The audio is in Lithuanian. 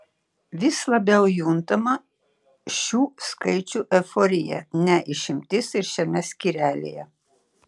vis labiau juntama šių skaičių euforija ne išimtis ir šiame skyrelyje